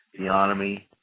theonomy